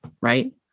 right